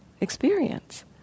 experience